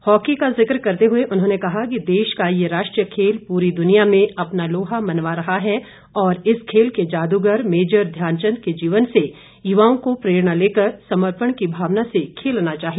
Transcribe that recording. hockey का जिक करते हुए उन्होंने कहा कि देश का ये राष्ट्रीय खेल पूरी दुनिया में अपना लोहा मनवा रही है और इस खेल के जादुगर मेजर ध्यानचंद के जीवन से युवाओं को प्रेरणा लेकर समर्पण की भावना से खेलना चाहिए